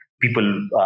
people